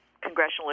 Congressional